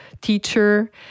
teacher